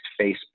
Facebook